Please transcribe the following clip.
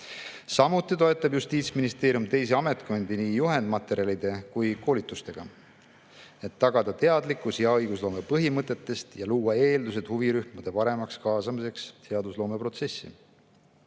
Samuti toetab Justiitsministeerium teisi ametkondi nii juhendmaterjalide kui ka koolitustega, et tagada teadlikkus hea õigusloome põhimõtetest ja luua eeldused huvirühmade paremaks kaasamiseks seadusloomeprotsessi.